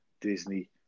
Disney